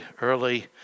early